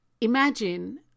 imagine